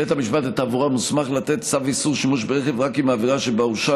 בית המשפט לתעבורה מוסמך לתת צו איסור שימוש ברכב רק אם העבירה שבה הורשע